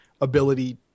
ability